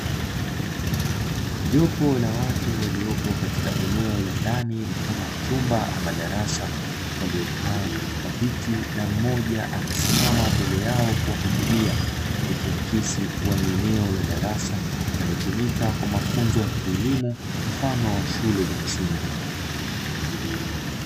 Jopo la watu waliyopo katika eneo la ndani mfano wa chumba ama darasa waliyokaa katika viti na mmoja akisimama mbele yao kuhutubia, ikiakisi kuwa ni eneo la darasa linalotumika kwa mafunzo ya kielimu mfano wa shule za msingi.